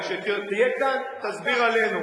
כשתהיה כאן תסביר עלינו.